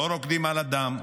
לא רוקדים על הדם,